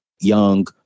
young